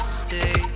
stay